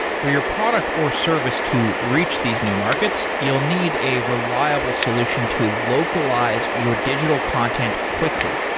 for your product or service to reach these new markets, you'll need a reliable solution to localize your digital content quickly.